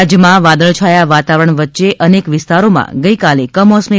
રાજ્યમાં વાદળછાયા વાતાવરણ વચ્ચે નેક વિસ્તારોમાં કમોસમી